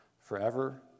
forever